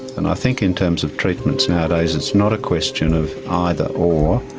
and i think in terms of treatments nowadays it's not a question of either or,